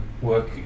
Work